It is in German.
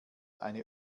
eine